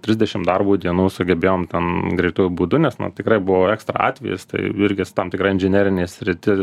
trisdešim darbo dienų sugebėjom ten greituoju būdu nes na tikrai buvo ekstra atvejis tai irgi su tam tikra inžinerinė sriti